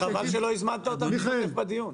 חבל שלא הזמנת אותם להשתתף בדיון.